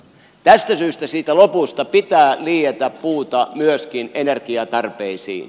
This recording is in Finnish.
tästä syystä siitä lopusta pitää liietä puuta myöskin energiatarpeisiin